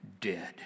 dead